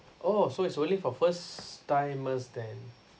oh so it's only for first timers then